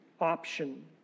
option